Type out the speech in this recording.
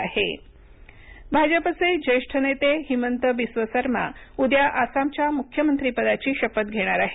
आसाम भाजपचे ज्येष्ठ नेते हिमंत विश्व शर्मा उद्या आसामच्या मुख्यमंत्रीपदाची शपथ घेणार आहेत